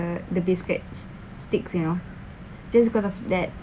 the the biscuits sticks you know just because of that